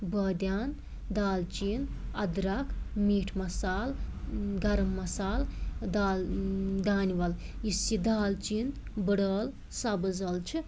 بٲدیان دالچیٖن أدرَکھ میٖٹھ مَصالہٕ گرٕم مَصالہٕ دال دانہٕ وَل یُس یہِ دالچیٖن بٕڑ ٲلہٕ سبٕز ٲلہٕ چھِ